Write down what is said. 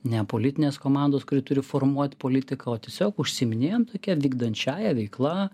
ne politinės komandos kuri turi formuoti politiką o tiesiog užsiiminėjant tokia vykdančiąja veikla